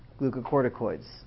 glucocorticoids